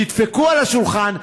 תדפקו על השולחן,